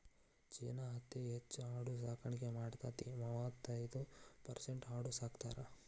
ಚೇನಾ ಅತೇ ಹೆಚ್ ಆಡು ಸಾಕಾಣಿಕೆ ಮಾಡತತಿ, ಮೂವತ್ತೈರ ಪರಸೆಂಟ್ ಆಡು ಸಾಕತಾರ